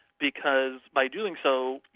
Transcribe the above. because by doing so,